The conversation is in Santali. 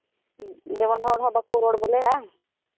ᱦᱮᱸ ᱡᱮᱢᱚᱱ ᱦᱚᱲ ᱦᱚᱸ ᱵᱟᱠᱚ ᱨᱚᱲ ᱵᱚᱞᱮ ᱵᱟᱝ